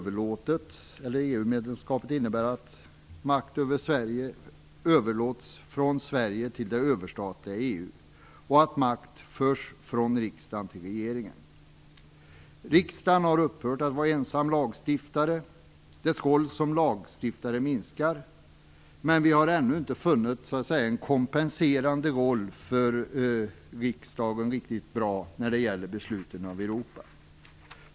EU-medlemskapet innebär att makt över Sverige överlåts från Sverige till det överstatliga EU och att makt förs från riksdagen till regeringen. Riksdagen har upphört att vara ensam lagstiftare. Dess roll som lagstiftare minskar, men vi har ännu inte funnit en kompenserande roll för riksdagen på något riktigt bra sätt när det gäller besluten om Europa.